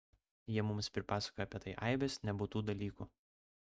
jie mums pripasakoja apie tai aibes nebūtų dalykų